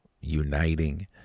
uniting